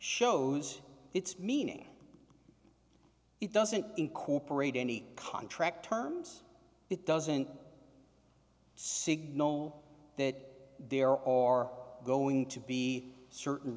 shows its meaning it doesn't incorporate any contract terms it doesn't sig know that there are going to be certain